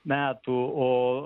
metų o